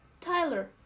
Tyler